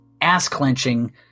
ass-clenching